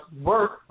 work